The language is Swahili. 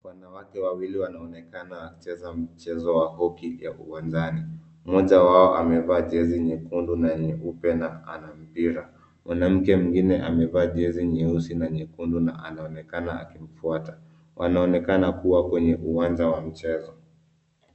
Wanawake wawili wanaonekana wakicheza mchezo wa hoki ya uwanjani. Mmoja wao amevaa jezi nyekundu na nyeupe na ana mpira. Mwanamke mwingine amevaa jezi nyeusi na nyekundu na anaonekana akimfuata. Wanaonekana kuwa kwenye uwanja wa mchezo.